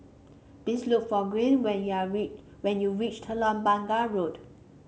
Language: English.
please look for Gwen when you are reach when you reach Telok Blangah Road